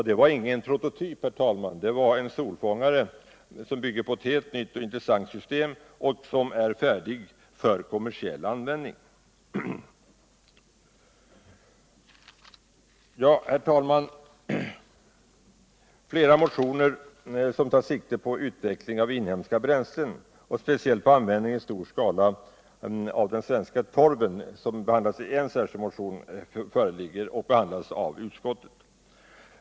Det var ingen prototyp utan det var en solfångare som bygger på ett helt nytt och intressant system och som är färdig för kommersiell användning. Herr talman! Flera motioner som tar sikte på utveckling av inhemska bränslen behandlas i utskottets betänkande. Det föreligger bl.a. cn motion om användning i stor skala av den svenska torven.